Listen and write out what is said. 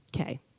Okay